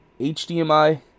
HDMI